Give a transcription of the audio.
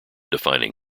defining